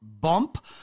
bump